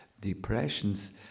depressions